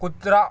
कुत्रा